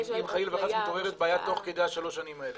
אם היא מתעוררת תוך כדי שלוש השנים האלה,